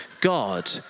God